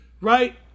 right